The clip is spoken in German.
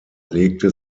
legte